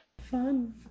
Fun